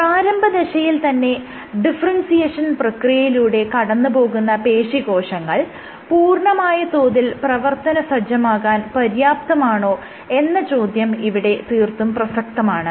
പ്രാരംഭദശയിൽ തന്നെ ഡിഫറെൻസിയേഷൻ പ്രക്രിയയിലൂടെ കടന്നുപോകുന്ന പേശീകോശങ്ങൾ പൂർണ്ണമായ തോതിൽ പ്രവർത്തനസജ്ജമാകാൻ പര്യാപ്തമാണോ എന്ന ചോദ്യം ഇവിടെ തീർത്തും പ്രസക്തമാണ്